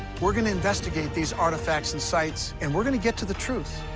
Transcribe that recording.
we're going to investigate these artifacts and sites, and we're going to get to the truth.